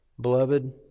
Beloved